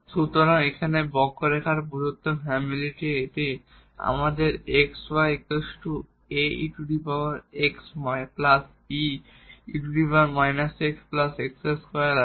সুতরাং এখানে কার্ভ এর প্রদত্ত ফ্যামিলিটি আমাদের xy aex be x x2 আছে